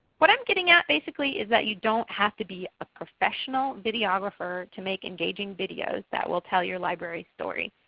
what i'm getting at basically is that you don't have to be a professional videographer to make engaging videos that will tell your library's story.